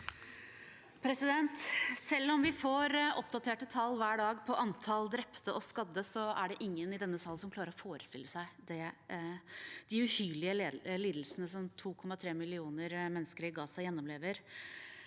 om vi hver dag får oppdaterte tall på antall drepte og skadde, er det ingen i denne sal som klarer å forestille seg de uhyrlige lidelsene som 2,3 millioner mennesker i Gaza gjennomlever.